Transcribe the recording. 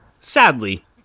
Sadly